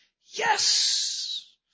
Yes